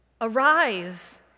Arise